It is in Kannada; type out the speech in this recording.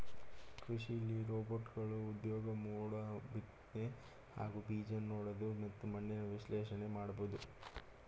ಕೃಷಿಲಿ ರೋಬೋಟ್ಗಳ ಉಪ್ಯೋಗ ಮೋಡ ಬಿತ್ನೆ ಹಾಗೂ ಬೀಜನೆಡೋದು ಮತ್ತು ಮಣ್ಣಿನ ವಿಶ್ಲೇಷಣೆನ ಮಾಡ್ಬೋದು